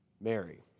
Mary